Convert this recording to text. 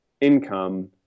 income